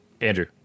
Andrew